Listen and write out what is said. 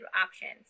options